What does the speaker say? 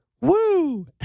Woo